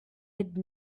had